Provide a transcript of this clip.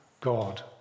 God